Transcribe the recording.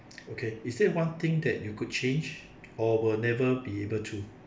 okay is there one thing that you could change or will never be able to